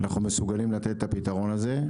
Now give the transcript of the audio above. אנחנו מסוגלים לתת את הפתרון הזה.